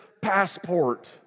passport